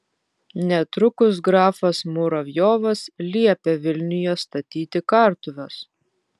netrukus grafas muravjovas liepė vilniuje statyti kartuves